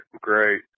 Great